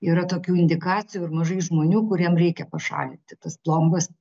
yra tokių indikacijų ir mažai žmonių kuriem reikia pašalinti tas plombas